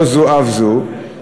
לא זאת אף זאת,